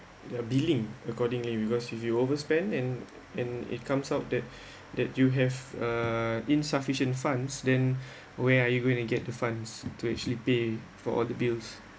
the billing accordingly because if you overspend and and it comes out that that you have uh insufficient funds then where are you going to get the funds to actually pay for all the bills